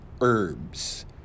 herbs